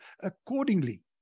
accordingly